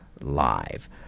live